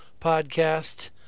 podcast